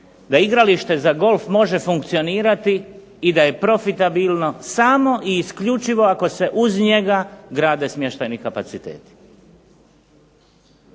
da igralište za golf može funkcionirati i da je profitabilno samo i isključivo ako se uz njega grade smještajni kapaciteti.